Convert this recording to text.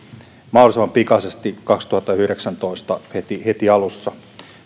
mahdollisimman pikaisesti kaksituhattayhdeksäntoista heti heti alussa